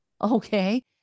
okay